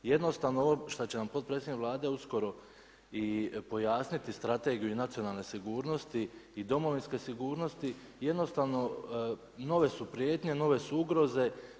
Jednostavno ovo što će nam potpredsjednik Vlade uskoro i pojasniti Strategiju nacionalne sigurnosti i domovinske sigurnosti jednostavno nove su prijetnje, nove su ugroze.